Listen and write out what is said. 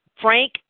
Frank